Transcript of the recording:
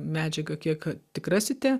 medžiagą kiek tik rasite